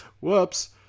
whoops